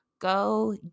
go